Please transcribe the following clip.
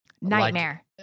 nightmare